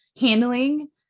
handling